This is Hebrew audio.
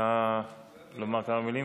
רוצה לומר כמה מילים?